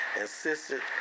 insisted